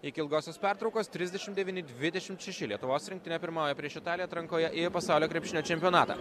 iki ilgosios pertraukos trisdešimt devyni dvidešimt šeši lietuvos rinktinė pirmauja prieš italiją atrankoje į pasaulio krepšinio čempionatą